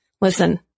listen